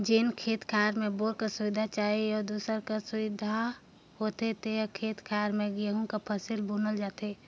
जेन खेत खाएर में बोर कर सुबिधा चहे अउ दूसर सिंचई कर सुबिधा होथे ते खेत खाएर में गहूँ कर फसिल बुनल जाथे